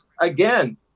again